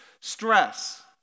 stress